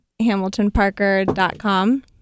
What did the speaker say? HamiltonParker.com